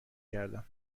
کردم